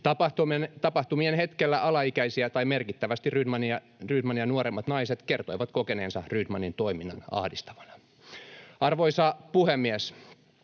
Tapahtumien hetkellä alaikäiset tai merkittävästi Rydmania nuoremmat naiset kertoivat kokeneensa Rydmanin toiminnan ahdistavana. Arvoisa puhemies!